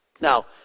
Now